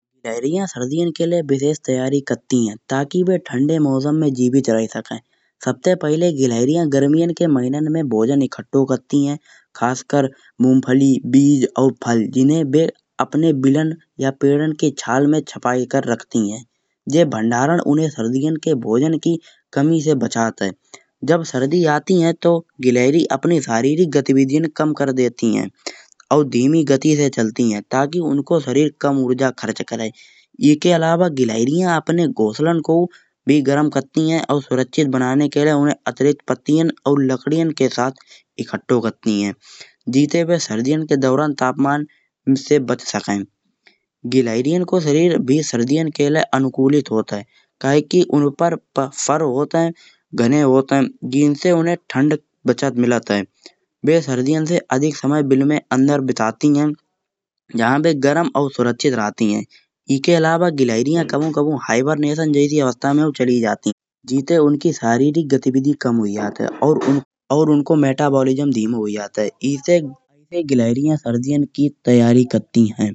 गिलहरीया सरदियन के लै विशेष तैयारी करति है ताकि वे ठांदे मौसम में जीवित रह सके। सबसे पहले गिलहरीया गर्मियन के मौसम में भोजन इकट्ठो करति है खासकर मूँगफली बीज अउर फल जिन्हे बे अपने बिलां यां पइडान की छाल में छुपाई कर रखति है। जे भंडारन उन्हे सरदियन की भोजन की कमी से बछत है। जब सरदी आती है तो गिलहरीया अपनी शारीरिक गतिविधियन कम कर देती है। अउर धीमी गति से चलति है ताकि उनको शरीर कम ऊर्जा खर्च करे। एक्हे अलावा गिलहरीया अपने घोंसला को भी गरम करति है। अउर सुरक्षित बनाने के लाई उन्हे अतिरिक्त पत्तियन अउर लकड़ीयन के साथ इकठो करति है। जित्ते बे सरदियन के दउरान तापमान से बच सके। गिलहरीया को शरीर भी सरदियन के लै अनुकूलित होत है कहे की उन पर फर होत है। घने होत है जिनसे उन्हे ठांव से बचत मिलत है। बे सरदियन में अधिक समय बिल के अंदर बिताति है जा पे गरम अउर सुरक्षित रहति है। एक्हे अलावा गिलहरीया कभाऊ कभाऊ हाइबरनेशन जैसी अवस्था में भी चली जाती है। जित्ते उनकी शारीरिक गतिविधि कम हई जात है अउर उनको मेटाबॉलिज्म धीरे हई जात है। ईसे गिलहरीया सरदियन की तैयारी करति है।